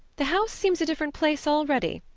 the house seems a different place already.